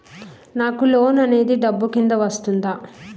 నాకు లోన్ అనేది డబ్బు కిందా వస్తుందా?